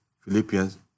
Philippians